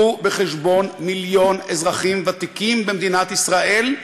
תביאו בחשבון מיליון אזרחים ותיקים במדינת ישראל,